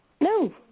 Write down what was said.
No